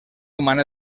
humana